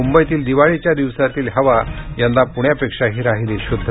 मुंबईतील दिवाळीच्या दिवसातील हवा यंदा पुण्यापेक्षाही राहिली शुद्ध